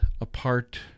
apart